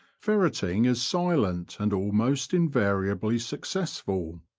ferretting is silent and almost invariably successful.